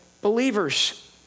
believers